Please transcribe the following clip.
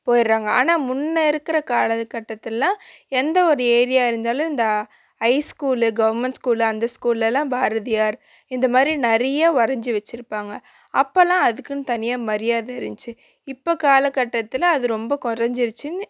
போயிடுறாங்க ஆனால் முன்னே இருக்கிற காலகட்டத்துலெலாம் எந்த ஒரு ஏரியா இருந்தாலும் இந்த ஹை ஸ்கூலு கவர்மெண்ட் ஸ்கூலு அந்த ஸ்கூல்லலாம் பாரதியார் இந்தமாதிரி நிறைய வரைஞ்சி வச்சுருப்பாங்க அப்போலாம் அதுக்குன்னு தனியாக மரியாதை இருந்துச்சு இப்போ காலகட்டத்தில் அது ரொம்ப குறஞ்சிடுச்சின்னு